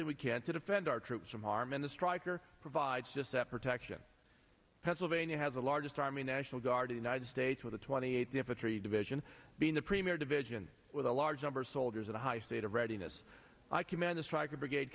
they we can to defend our troops from harm and the striker provides just that protection pennsylvania has the largest army national guard a united states with a twenty eight if a tree division being the premier division with a large number of soldiers in a high state of readiness i commend the stryker brigade